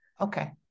okay